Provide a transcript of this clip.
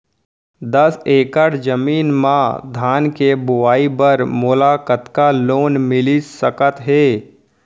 दस एकड़ जमीन मा धान के बुआई बर मोला कतका लोन मिलिस सकत हे?